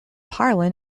harlan